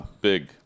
big